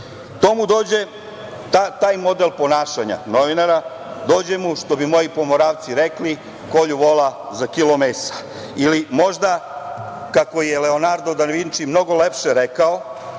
u medije. Taj model ponašanja novinara dođe mu, što bi moji Pomoravci rekli, kolju vola za kilo mesa. Ili možda kako je Leonardo da Vinči mnogo lepše rekao,